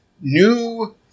New